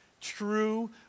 true